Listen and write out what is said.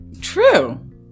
True